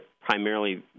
primarily